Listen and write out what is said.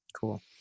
Cool